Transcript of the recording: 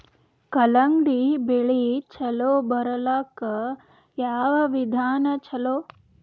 ಕಲ್ಲಂಗಡಿ ಬೆಳಿ ಚಲೋ ಬರಲಾಕ ಯಾವ ವಿಧಾನ ಚಲೋ?